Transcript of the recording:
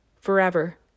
forever